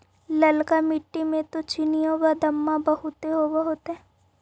ललका मिट्टी मे तो चिनिआबेदमां बहुते होब होतय?